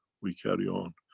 we carry on.